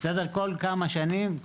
כל כמה שנים,